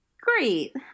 great